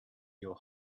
your